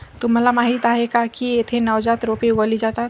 तुम्हाला माहीत आहे का की येथे नवजात रोपे उगवली जातात